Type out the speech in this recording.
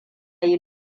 yi